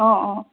অঁ অঁ